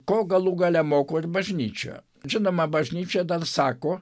ko galų gale moko ir bažnyčia žinoma bažnyčia dar sako